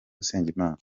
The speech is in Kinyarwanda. usengimana